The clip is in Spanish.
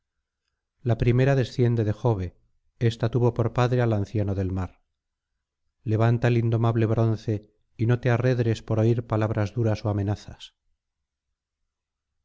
la primera desciende de jove ésta tuvo por padre al anciano del mar levanta el indomable bronce y no te arredres por oir palabras duras ó amenazas